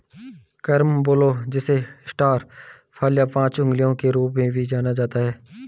carambola जिसे star फल या पांच अंगुलियों के रूप में भी जाना जाता है